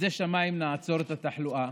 ובחסדי שמיים נעצור את התחלואה.